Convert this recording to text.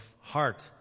heart